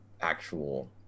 actual